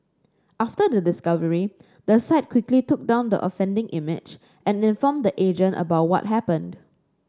after the discovery the site quickly took down the offending image and informed the agent about what happened